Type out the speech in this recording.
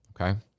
okay